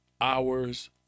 hours